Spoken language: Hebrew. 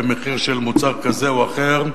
במחיר של מוצר כזה או אחר,